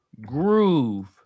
Groove